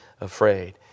afraid